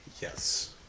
Yes